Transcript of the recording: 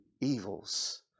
evils